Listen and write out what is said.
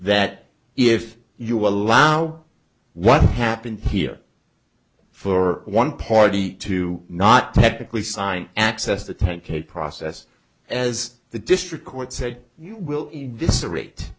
that if you allow what happened here for one party to not technically sign access the ten k process as the district court said you will this